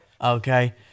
okay